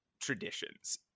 traditions